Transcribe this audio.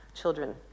children